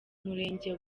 murenge